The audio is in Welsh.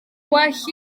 well